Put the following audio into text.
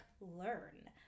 learn